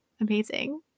amazing